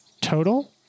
total